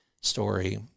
story